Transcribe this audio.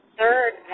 third